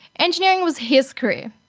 engineering was his career,